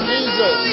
Jesus